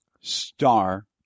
star